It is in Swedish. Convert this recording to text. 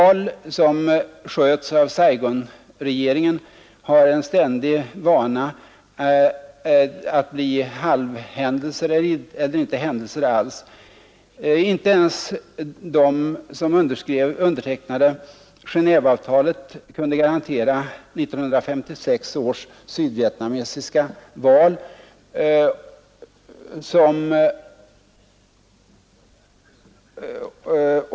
Val som anordnas av Saigonregeringen har en ständig benägenhet att bli halvhändelser eller inga händelser alls. Inte ens de som undertecknade Genéåveavtalen kunde garantera de sydvietnamesiska valen år 1956.